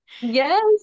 Yes